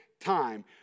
time